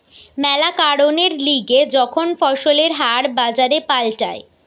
ম্যালা কারণের লিগে যখন ফসলের হার বাজারে পাল্টায়